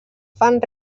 fan